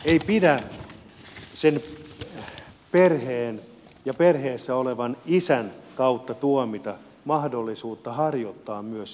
ei pidä sen perheen ja perheessä olevan isän kautta tuomita mahdollisuutta harjoittaa myös sitä perhepäivähoitoa